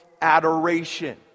adoration